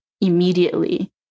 immediately